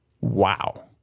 Wow